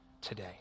today